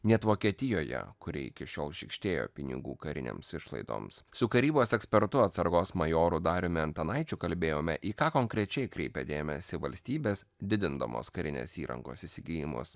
net vokietijoje kuri iki šiol šykštėjo pinigų karinėms išlaidoms su karybos ekspertu atsargos majoru dariumi antanaičiu kalbėjome į ką konkrečiai kreipia dėmesį valstybės didindamos karinės įrangos įsigijimus